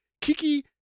Kiki